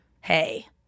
hey